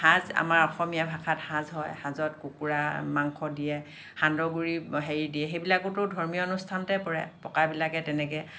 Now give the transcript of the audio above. সাজ আমাৰ অসমীয়া ভাষাত সাজ হয় সাজত কুকুৰা মাংস দিয়ে সান্দহ গুড়ি হেৰি দিয়ে সেইবিলাকতো ধৰ্মীয় অনুষ্ঠানতে পৰে পকা বিলাকে তেনেকে